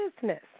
business